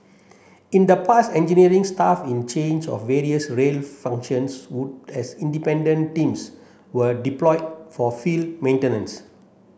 in the past engineering staff in change of various rail functions would as independent teams were deployed for field maintenance